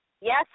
Yes